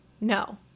no